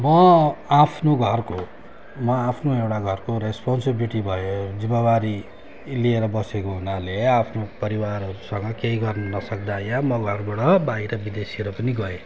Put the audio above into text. म आफ्नो घरको म आफ्नो एउटा घरको रेस्पोन्सिबिलिटी भए जिम्मेवारी लिएर बसेको हुनाले आफ्नो परिवारहरूसँग केही गर्नु नसक्दा यहाँ म घरबाट बाहिर विदेसिएर पनि गएँ